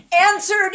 answered